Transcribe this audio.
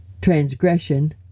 transgression